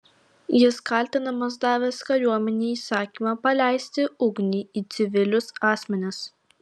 jis kaltinamas davęs kariuomenei įsakymą paleisti ugnį į civilius asmenis